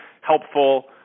helpful